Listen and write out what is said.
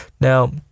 Now